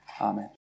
Amen